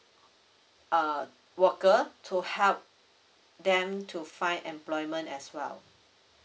uh worker to help them to find employment as well